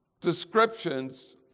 descriptions